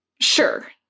Sure